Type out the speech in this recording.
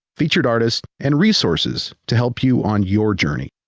featured artists and resources to help you on your journey.